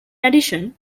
addition